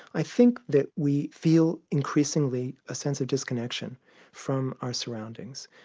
i think that we feel increasingly a sense of disconnection from our surroundings,